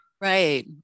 Right